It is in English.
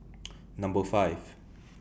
Number five